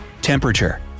Temperature